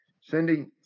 Cindy